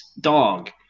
dog